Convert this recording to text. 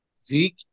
Zeke